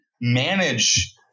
manage